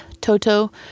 Toto